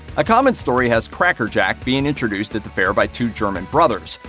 a common story has cracker jack being introduced at the fair by two german brothers.